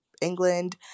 England